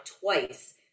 twice